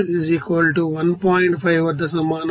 5 వద్ద సమానం